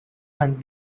hunt